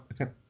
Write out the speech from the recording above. okay